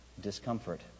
discomfort